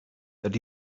that